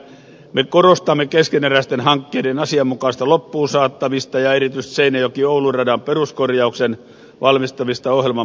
me korostamme keskeneräisten hankkeiden asianmukaista loppuun saattamista ja erityisesti seinäjokioulu radan peruskorjauksen valmistamista ohjelman mukaisesti